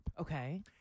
Okay